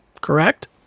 correct